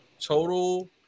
Total